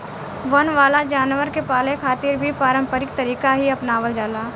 वन वाला जानवर के पाले खातिर भी पारम्परिक तरीका ही आपनावल जाला